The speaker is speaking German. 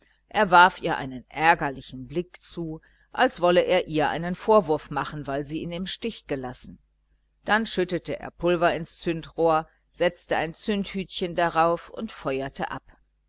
er warf ihr einen ärgerlichen blick zu als wolle er ihr einen vorwurf machen weil sie ihn im stich gelassen dann schüttete er pulver ins zündrohr setzte ein zündhütchen darauf und feuerte ab